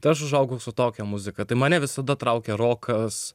tai aš užaugau su tokia muzika tai mane visada traukė rokas